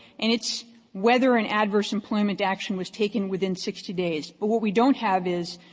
and it's whether an adverse employment action was taken within sixty days. well, what we don't have is,